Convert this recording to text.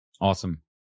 Awesome